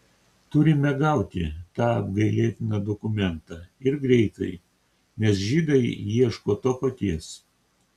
turime gauti tą apgailėtiną dokumentą ir greitai nes žydai ieško to paties